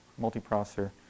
multiprocessor